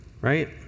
Right